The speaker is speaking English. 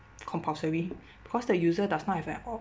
compulsory because the user does have an op~